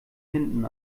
hinten